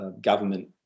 government